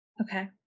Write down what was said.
okay